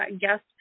guest